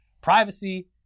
privacy